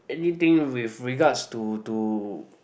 anything with regards to to